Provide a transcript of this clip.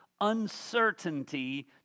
uncertainty